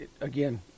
Again